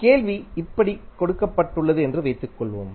கேள்வி இப்படி கொடுக்கப்பட்டுள்ளது என்று வைத்துக்கொள்வோம்